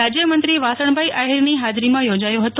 રાજયમંત્રી વાસણભાઇ આઠીરની હાજરીમાં યોજાયો હતો